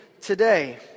today